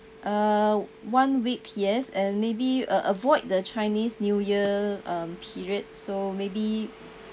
uh one week peers and maybe uh avoid the chinese new year period so maybe